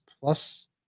plus